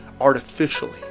artificially